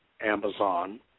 Amazon